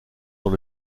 dans